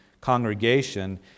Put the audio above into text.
congregation